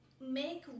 make